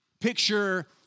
Picture